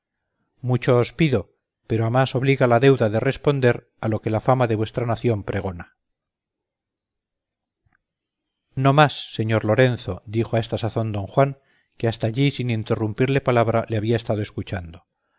os pido pero a más obliga la deuda de responder a lo que la fama de vuestra nación pregona no más señor lorenzo dijo a esta sazón don juan que hasta allí sin interrumpirle palabra le había estado escuchando no más que desde aquí me